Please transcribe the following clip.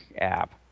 app